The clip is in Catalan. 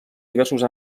diversos